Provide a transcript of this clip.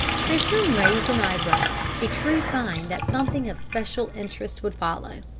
tristram raised an eyebrow, a true sign that something of special interest would follow.